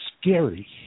scary